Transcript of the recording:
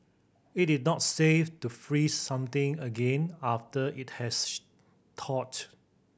it is not safe to freeze something again after it has thawed